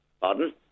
Pardon